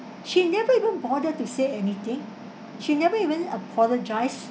she never even bother to say anything she never even apologise